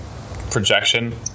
projection